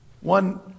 One